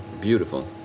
Beautiful